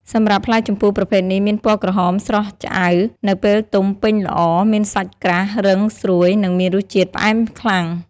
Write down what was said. សម្រាប់ផ្លែជម្ពូប្រភេទនេះមានពណ៌ក្រហមស្រស់ឆ្អៅនៅពេលទុំពេញល្អ មានសាច់ក្រាស់ រឹង ស្រួយ និងមានរសជាតិផ្អែមខ្លាំង។